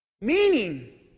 Meaning